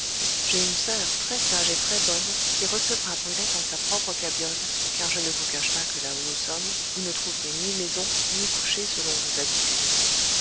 j'ai une soeur très-sage et très-bonne qui recevra brulette en sa propre cabiole car je ne vous cache pas que là où nous sommes vous ne trouverez ni maisons ni couchée selon vos habitudes